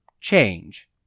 change